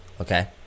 Okay